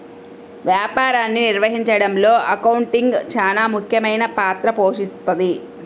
వ్యాపారాన్ని నిర్వహించడంలో అకౌంటింగ్ చానా ముఖ్యమైన పాత్ర పోషిస్తది